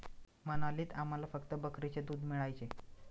मनालीत आम्हाला फक्त बकरीचे दूध मिळायचे